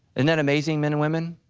and that amazing men and women?